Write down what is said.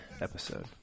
episode